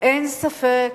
אין ספק,